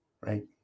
right